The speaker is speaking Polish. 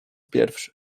pierwszy